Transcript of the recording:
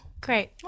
great